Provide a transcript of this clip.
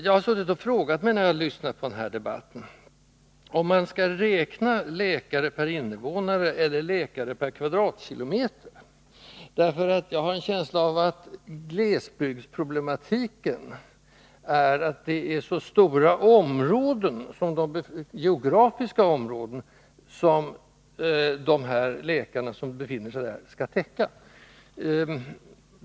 När jag lyssnat på den här debatten har jag frågat mig om man skall räkna läkare per invånare eller läkare per kvadratkilometer, därför att jag har en känsla av att glesbygdsproblematiken består i att det är så stora geografiska områden som läkarna där skall täcka.